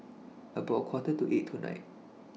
about A Quarter to eight tonight